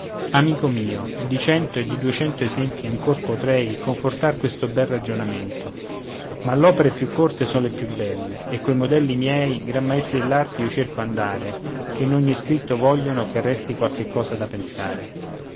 amico mio di cento e di duecento esempi ancor potrei confortar questo bel ragionamento ma l'opere più corte son le più belle e coi modelli miei gran maestri dell'arte io cerco andare che in ogni scritto vogliono che resti qualche cosa da pensare